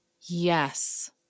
Yes